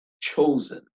chosen